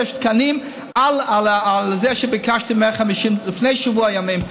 תקנים על זה שביקשתי 150 לפני שבוע ימים.